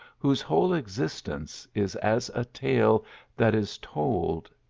whose whole exist ence is as a tale that is told,